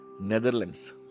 Netherlands